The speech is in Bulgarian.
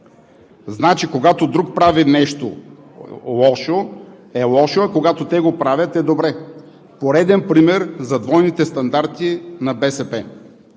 Значи когато друг прави нещо лошо, е лошо, а когато те го правят, е добре. Пореден пример за двойните стандарти на БСП.